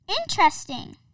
Interesting